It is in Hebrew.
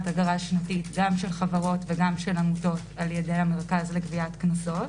אגרה שנתית גם של חברות וגם של עמותות על-ידי המרכז לגביית קנסות,